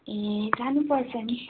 ए जानुपर्छ नि